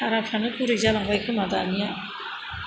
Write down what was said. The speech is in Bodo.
हाराफ्रानो गुरै जालांबाय खोमा दानिया